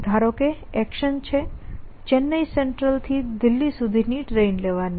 ધારો કે એક્શન છે ચેન્નાઈ સેન્ટ્રલ થી દિલ્હી સુધીની ટ્રેન લેવાની